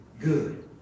good